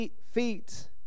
feet